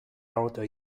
elder